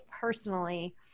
personally